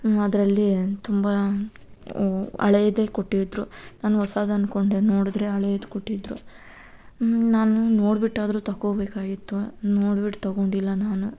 ಅದರಲ್ಲಿ ತುಂಬ ಹಳೆದೇ ಕೊಟ್ಟಿದ್ರು ನಾನು ಹೊಸಾದು ಅನ್ಕೊಂಡೆ ನೋಡಿದ್ರೆ ಹಳೇದು ಕೊಟ್ಟಿದ್ದರು ನಾನು ನೋಡ್ಬಿಟ್ಟಾದ್ರು ತೊಕೋಬೇಕಾಗಿತ್ತು ನೋಡ್ಬಿಟ್ಟು ತೊಗೊಂಡಿಲ್ಲ ನಾನು